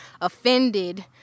offended